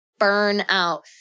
burnout